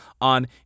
on